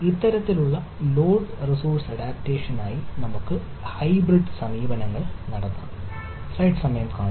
ഇത്തരത്തിലുള്ള load resource അഡാപ്റ്റേഷനായി നമുക്ക് ഹൈബ്രിഡ് സമീപനങ്ങൾ നടത്താം